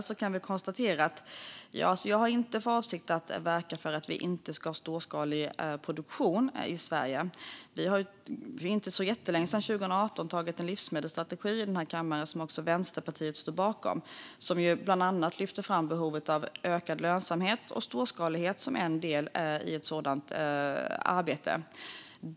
Då kan vi konstatera att jag inte har för avsikt att verka för att vi inte ska ha storskalig produktion i Sverige. Vi har för inte jättelänge sedan, 2018, antagit en livsmedelsstrategi i den här kammaren som också Vänsterpartiet stod bakom. Där lyftes bland annat fram behovet av ökad lönsamhet och storskalighet som en del i ett sådant arbete.